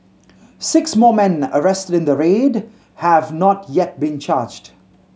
six more men arrested in the raid have not yet been charged